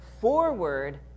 forward